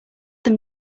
them